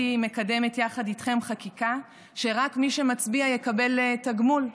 מקדמת יחד איתכם חקיקה שרק מי שמצביע יקבל תגמול.